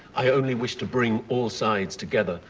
i only wish to bring all sides together,